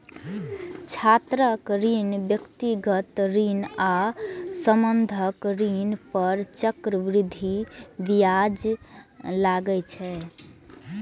छात्र ऋण, व्यक्तिगत ऋण आ बंधक ऋण पर चक्रवृद्धि ब्याज लागै छै